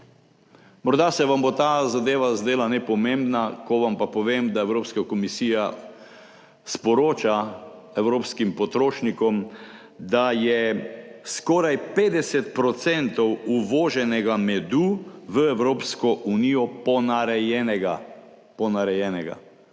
Morda se vam bo ta zadeva zdela nepomembna, ko vam povem, da Evropska komisija sporoča evropskim potrošnikom, da je skoraj 50 % uvoženega medu v Evropsko unijo ponarejenega.